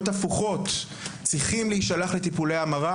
הפוכות צריכים להישלח לטיפולי המרה?